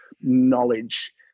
Knowledge